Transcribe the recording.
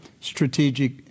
Strategic